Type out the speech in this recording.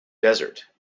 desert